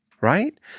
right